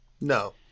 No